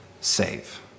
save